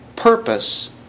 purpose